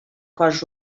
cos